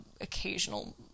occasional